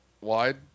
wide